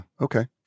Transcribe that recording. Okay